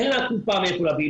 אין לה מאיפה להביא את הכסף,